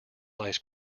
ice